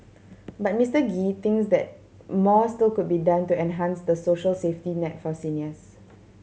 but Mister Gee thinks that more still could be done to enhance the social safety net for seniors